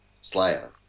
Slayer